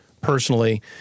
personally